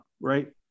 right